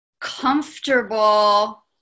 comfortable